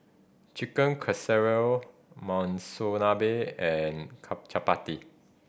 Chicken Casserole Monsunabe and Chapati